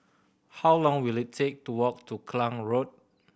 how long will it take to walk to Klang Road